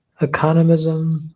Economism